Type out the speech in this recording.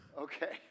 Okay